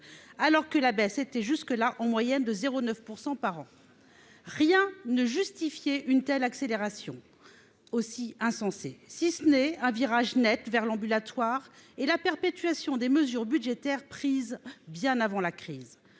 alors qu'elle était jusque-là, en moyenne, de 0,9 % par an. Rien ne justifiait une accélération aussi insensée, sinon un virage net vers l'ambulatoire et la perpétuation de mesures budgétaires prises bien avant la crise.